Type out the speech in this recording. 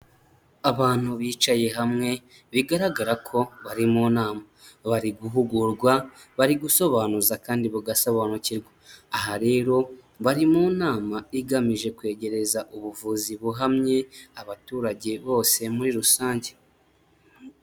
Abantu bicaye hamwe bigaragara ko bari mu nama bari, guhugurwa bari gusobanuza kandi bagasobanukirwa, aha rero bari mu nama igamije kwegereza ubuvuzi buhamye abaturage bose muri rusange.